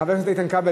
חבר הכנסת איתן כבל,